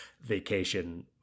vacation